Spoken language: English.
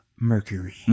Mercury